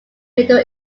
middle